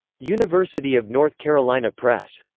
university of north carolina press.